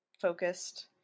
focused